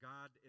God